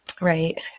right